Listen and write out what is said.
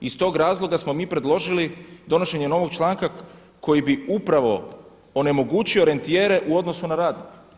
Iz tog razloga smo mi predložili donošenje novog članka koji bi upravo onemogućio orijentijere u odnosu na rad.